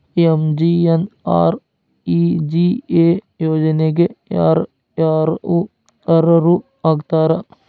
MGNREGA ಯೋಜನೆಗೆ ಯಾರ ಯಾರು ಅರ್ಹರು ಆಗ್ತಾರ?